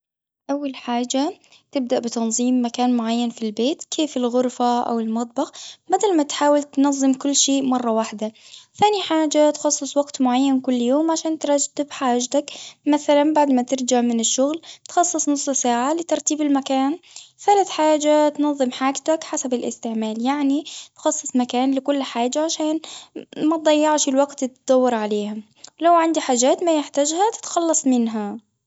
أول حاجة تبدأ بتنظيم مكان معين في البيت كيف الغرفة أو المطبخ بدل ما تحاول تنظم كل شيء مرة واحدة، ثاني حاجة تخصص وقت معين كل يوم عشان ترتب حاجتك، مثلًا بعد ما ترجع من الشغل تخصص نصف ساعة لترتيب المكان، ثالث حاجة تنظم حاجتك حسب الاستعمال، يعني تخصص مكان لكل حاجة عشان ما تضيعش الوقت تدورعليها، لوعندي حاجات ما يحتاجها تتخلص منها.